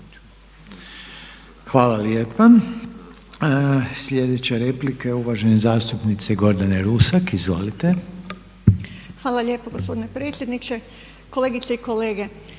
Hvala lijepa. Sljedeća replika je uvažene zastupnice Gordane Rusak. Izvolite. **Rusak, Gordana (Nezavisni)** Hvala lijepo gospodine predsjedniče, kolegice i kolege.